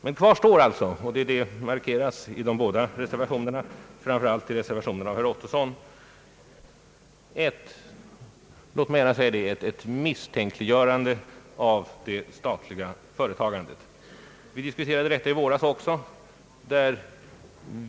Men kvar står alltså, och det markeras i både reservationen och det särskilda yttrandet, framför allt i reservationen, ett misstänkliggörande av det statliga företagandet. Vi diskuterade detta också i våras.